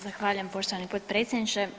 Zahvaljujem poštovani potpredsjedniče.